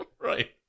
Right